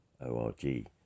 o-r-g